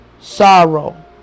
sorrow